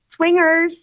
swingers